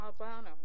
Albano